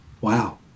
Wow